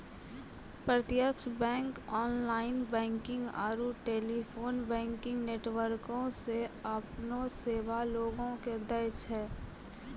प्रत्यक्ष bank online banking आरू telephone banking नेटवर्को से अपनो सेबा लोगो के दै छै